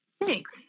Thanks